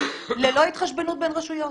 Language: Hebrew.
ללא התחשבנות בין רשויות